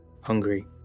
hungry